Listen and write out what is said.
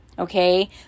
Okay